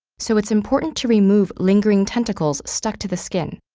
so it's important to remove lingering tentacles stuck to the skin.